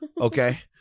okay